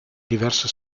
diverse